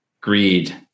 greed